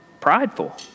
prideful